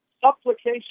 supplication